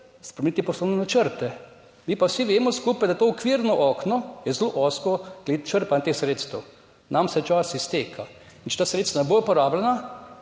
spremeniti poslovne načrte. Mi pa vsi skupaj vemo, da je to okvirno okno zelo ozko glede črpanja teh sredstev. Nam se čas izteka. In če ta sredstva ne bodo porabljena,